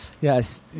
Yes